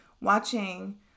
watching